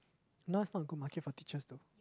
now is not a good market for teachers though